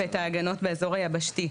ואת ההגנות באזור היבשתי.